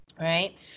right